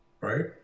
Right